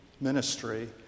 ministry